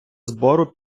збору